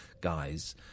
guys